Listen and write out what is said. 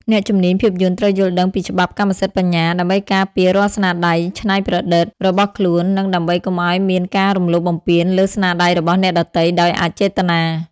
អ្នកជំនាញភាពយន្តត្រូវយល់ដឹងពីច្បាប់កម្មសិទ្ធិបញ្ញា ដើម្បីការពាររាល់ស្នាដៃច្នៃប្រឌិតរបស់ខ្លួន និងដើម្បីកុំឱ្យមានការរំលោភបំពានលើស្នាដៃរបស់អ្នកដទៃដោយអចេតនា។